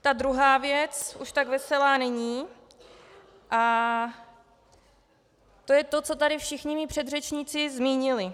Ta druhá věc už tak veselá není a to je to, co tady všichni mí předřečníci zmínili.